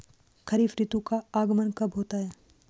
खरीफ ऋतु का आगमन कब होता है?